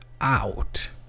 out